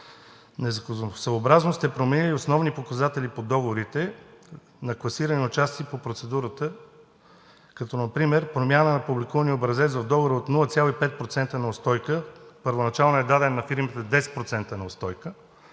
незаконосъобразно сте променили основни показатели по договорите на класиран участник по процедурата, като например промяна на публикувания образец в договора от 0,5% неустойка. Първоначално е даден на фирмите с 10% неустойка